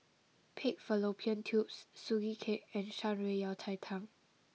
Pig Fallopian Tubes Sugee Cake and Shan Rui Yao Cai Tang